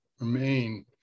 remain